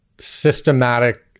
systematic